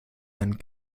and